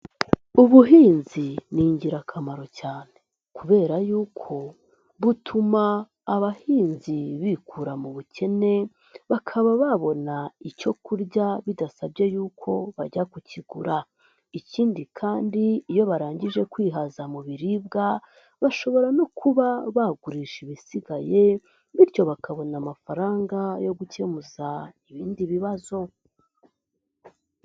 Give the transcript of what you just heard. Ubuhinzi ni ingirakamaro cyane, kubera yuko butuma abahinzi bikura mu bukene, bakaba babona icyo kurya bidasabye yuko bajya kukigura, ikindi kandi iyo barangije kwihaza mu biribwa bashobora no kuba bagurisha ibisigaye, bityo bakabona amafaranga yo gukemuza ibindi bibazo.